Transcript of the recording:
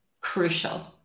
Crucial